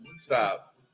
Stop